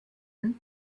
route